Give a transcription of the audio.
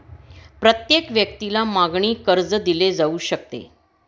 प्रत्येक व्यक्तीला मागणी कर्ज दिले जाऊ शकते